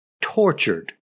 tortured